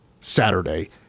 Saturday